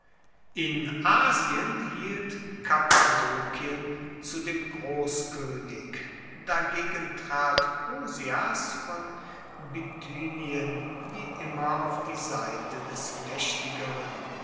in asien hielt kappadokien zu dem grosskoenig dagegen trat prusias von bithynien wie immer auf die seite des maechtigeren